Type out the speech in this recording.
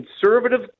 conservative